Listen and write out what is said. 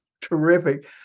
terrific